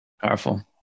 Powerful